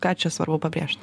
ką čia svarbu pabrėžt